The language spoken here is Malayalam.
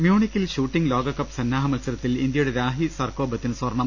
മ്യൂണിക്കിൽ ഷൂട്ടിംഗ് ലോകകപ്പ് സന്നാഹ മത്സരത്തിൽ ഇന്ത്യ യുടെ രാഹി സർക്കോബത്തിന് സ്വർണം